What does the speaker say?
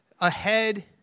ahead